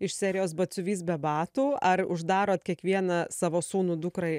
iš serijos batsiuvys be batų ar uždarot kiekvieną savo sūnų dukrą